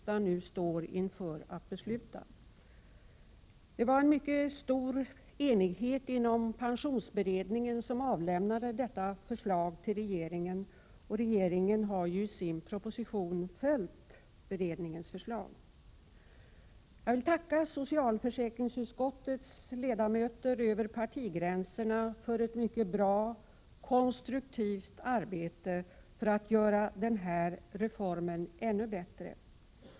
Det var en mycket stor enighet inom pensionsberedningen, som avlämnade detta förslag till regeringen, och regeringen har ju i sin proposition följt beredningens förslag. Jag vill tacka socialförsäkringsutskottets ledamöter över partigränserna för ett mycket bra konstruktivt arbete för att göra denna reform ännu bättre.